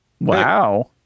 Wow